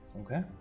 Okay